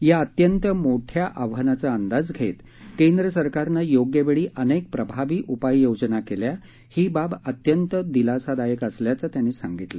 या अत्यंत मोठ्या आव्हानाचा अंदाज घेत केंद्र सरकारनं योग्य वेळी अनेक प्रभावी उपाययोजना केल्या ही बाब अत्यंत दिलासादायक असल्याचं ते म्हणाले